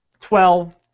twelve